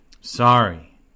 Sorry